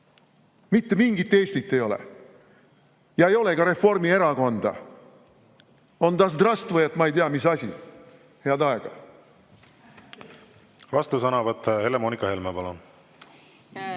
Mitte mingit Eestit ei ole! Ja ei ole ka Reformierakonda. Onda zdravstvujetma ei tea mis asi. Head aega! Vastusõnavõtt, Helle-Moonika Helme, palun!